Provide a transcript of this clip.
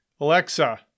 Alexa